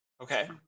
Okay